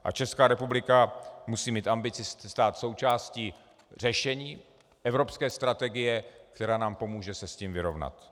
A Česká republika musí mít ambici se stát součástí řešení evropské strategie, která nám pomůže se s tím vyrovnat.